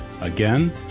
Again